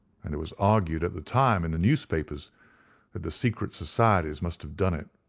and it was argued at the time in the newspapers that the secret societies must have done it.